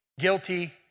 guilty